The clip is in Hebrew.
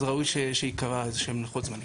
אז ראוי שייקבע איזשהם לוחות זמנים.